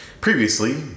Previously